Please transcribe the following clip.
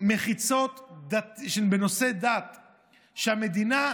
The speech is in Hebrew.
מחיצות בנושאי דת שהמדינה,